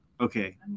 okay